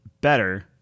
better